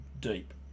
deep